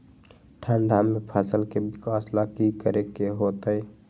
ठंडा में फसल के विकास ला की करे के होतै?